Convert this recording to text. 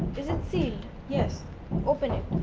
is it sealed? yes open it.